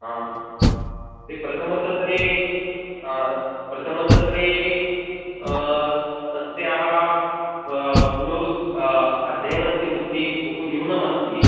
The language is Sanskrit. हा प्रथमसत्रे प्रथमसत्रे तस्याः गुणुरु अध्ययनस्य वृद्धिः बहु न्यूना अस्ति